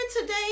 today